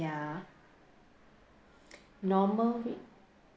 ya normal rate